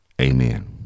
Amen